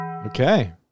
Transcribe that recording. Okay